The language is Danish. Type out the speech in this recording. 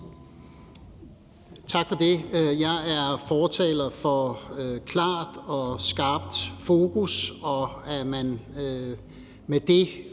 Tak for det. Jeg er fortaler for et klart og skarpt fokus og for, at man med det